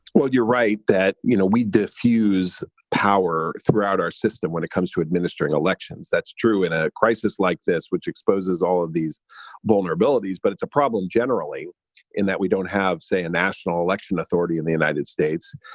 well, you're right that, you know, we diffuse power throughout our system when it comes to administering elections. that's true in a crisis like this, which exposes all of these vulnerabilities. but it's a problem generally in that we don't have, say, a national election authority in the united states.